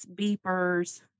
beepers